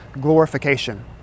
glorification